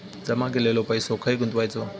जमा केलेलो पैसो खय गुंतवायचो?